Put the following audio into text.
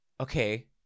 okay